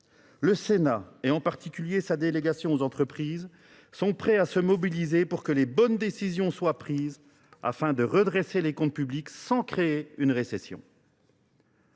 Le Sénat, et en particulier sa délégation aux entreprises, sont prêts à se mobiliser pour que les bonnes décisions soient prises afin de redresser les comptes publics sans créer une récession.